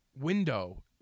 window